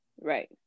right